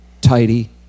tidy